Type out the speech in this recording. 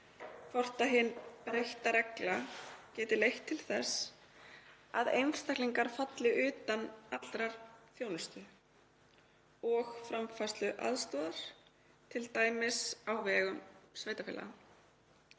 hvort hin breytta regla geti leitt til þess að einstaklingar falli utan allrar þjónustu og framfærsluaðstoðar, t.d. á vegum sveitarfélaga.